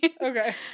Okay